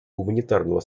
гуманитарного